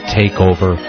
takeover